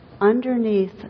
underneath